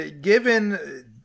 given